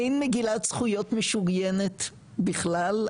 אין מגילת זכויות משוריינת בכלל,